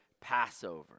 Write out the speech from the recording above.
Passover